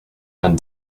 and